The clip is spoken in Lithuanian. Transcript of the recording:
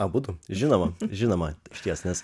abudu žinoma žinoma iš ties nes